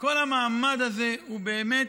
כל המעמד הזה הוא באמת,